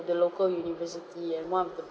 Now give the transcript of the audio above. the local university and one of the